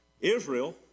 Israel